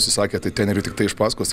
užsisakė tai treneriui tiktai iš paskos